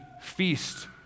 feast